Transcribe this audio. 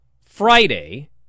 Friday